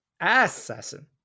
assassin